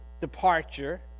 departure